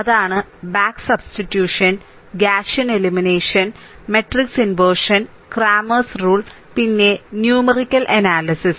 അതാണ് back substitution Gaussian elimination matrix inversion Cramer's rule പിന്നെ numerical analysis